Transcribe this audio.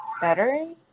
better